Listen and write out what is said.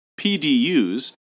PDUs